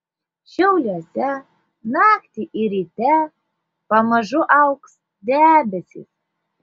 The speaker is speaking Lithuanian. šiauliuose naktį ir ryte pamažu augs debesys